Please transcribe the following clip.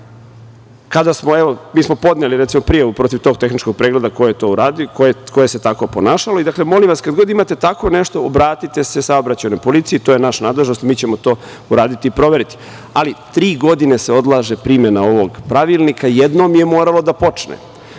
na faru, mi smo podneli prijavu protiv tog tehničkog pregleda koje se tako ponašalo. Molim vas, kada god imate tako nešto, obratite se saobraćajnoj policiji. To je u našoj nadležnosti i mi ćemo uraditi i proveriti, ali tri godine se odlaže primena ovog Pravilnika. Jednom je moralo da počne. Kao